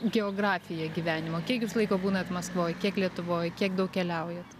geografija gyvenimo kiek jūs laiko būnat maskvoj kiek lietuvoj kiek daug keliaujat